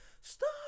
Stop